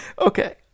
Okay